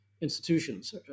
institutions